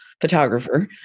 photographer